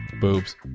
boobs